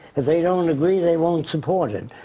if they don't agree, they won't support it.